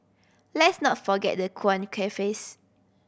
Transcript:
let's not forget the quaint cafes